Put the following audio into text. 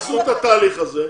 אנחנו בתהליך הזה,